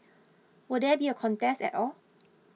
will there be a contest at all